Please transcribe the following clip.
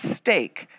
stake